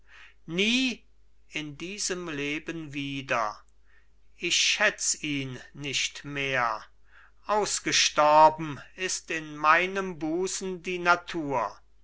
nie in diesem leben wieder ich schätz ihn nicht mehr ausgestorben ist in meinem busen die natur